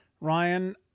Ryan